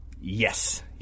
Yes